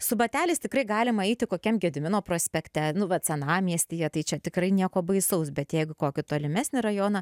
su bateliais tikrai galima eiti kokiam gedimino prospekte nu vat senamiestyje tai čia tikrai nieko baisaus bet jeigu kokį tolimesnį rajoną